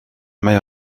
mae